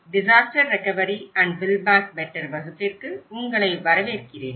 disaster recovery and build back better வகுப்பிற்கு உங்களை வரவேற்கிறேன்